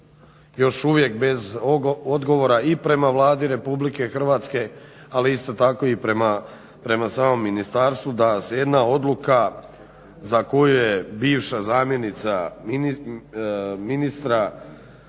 još uvijek odgovora i prema Vladi RH ali isto tako i prema samom ministarstvu da se jedna odluka za koju je bivša zamjenica ministra tijekom